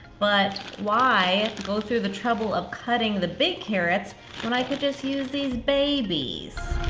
but why go through the trouble of cutting the big carrots when i can just use these babies?